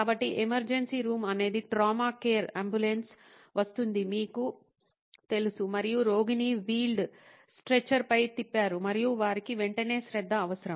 కాబట్టి emergency room అనేది trauma care ambulance వస్తుందని మీకు తెలుసు మరియు రోగిని వీల్డ్ స్ట్రెచర్పై తిప్పారు మరియు వారికి వెంటనే శ్రద్ధ అవసరం